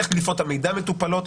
איך דליפות המידע מטופלות?